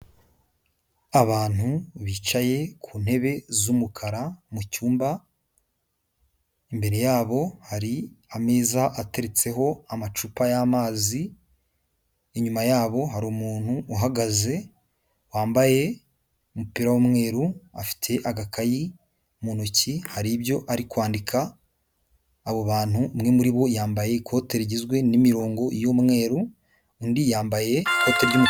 Abantu bicaye ku ntebe z'umukara mu cyumba, imbere yabo hari ameza atetseho amacupa y'amazi, inyuma yabo hari umuntu uhagaze wambaye umupira w'umweru, afite agakayi mu ntoki hari ibyo ari kwandika, abo bantu umwe muri bo yambaye ikote rigizwe n'imirongo y'umweru undi yambaye ikote ry'umutuku.